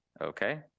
Okay